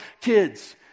kids